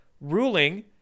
ruling